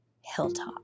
hilltop